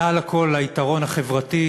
ומעל הכול היתרון החברתי.